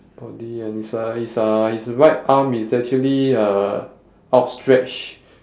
body and his uh his uh his right arm is actually uh outstretched